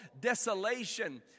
desolation